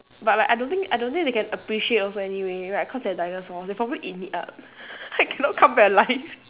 but like I don't think I don't think they can appreciate also anyway right cause they're dinosaurs they're probably eat me up I cannot come back alive